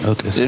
Okay